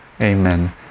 Amen